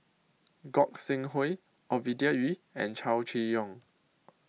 Gog Sing Hooi Ovidia Yu and Chow Chee Yong